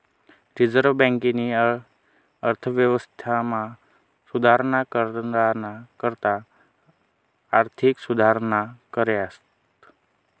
reserve बँकेनी अर्थव्यवस्थामा सुधारणा कराना करता आर्थिक सुधारणा कऱ्यात